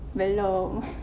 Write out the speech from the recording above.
belum